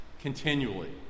continually